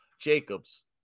Jacobs